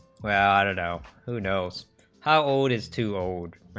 routed all who knows how old is too old